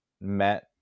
met